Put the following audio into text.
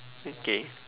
okay